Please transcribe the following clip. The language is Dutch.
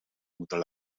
moeten